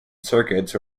circuits